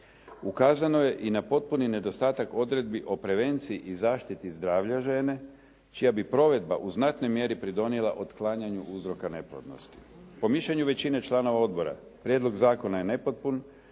Ukazano je i na potpuni nedostatak odredbi o prevenciji i zaštiti zdravlja žene čija bi provedba u znatnoj mjeri pridonijela otklanjanju uzroka neplodnosti. Po mišljenju većine članova odbora, prijedlog zakona je nepotpun.